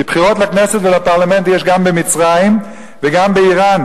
כי בחירות לכנסת ולפרלמנט יש גם במצרים וגם באירן,